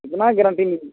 बिना गरान्टी मिल